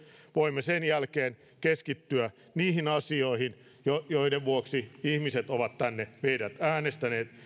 voimme sen jälkeen keskittyä niihin asioihin joiden vuoksi ihmiset ovat tänne meidät äänestäneet